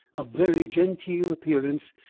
of very genteel appearance,